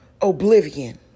oblivion